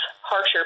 harsher